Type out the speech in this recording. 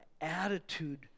attitude